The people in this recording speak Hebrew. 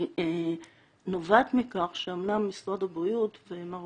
היא נובעת מכך שאמנם משרד הבריאות ומר